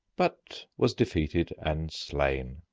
but was defeated and slain